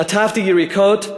חטפתי יריקות,